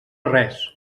res